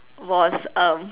was um